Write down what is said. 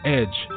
edge